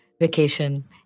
vacation